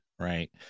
right